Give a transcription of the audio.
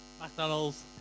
McDonald's